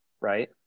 right